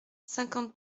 cinquante